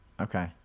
Okay